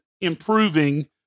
improving